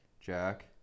Jack